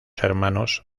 hermanos